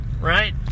right